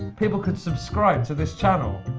people could subscribe to this channel.